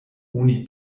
oni